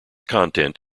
content